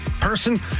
person